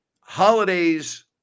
holidays